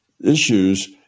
issues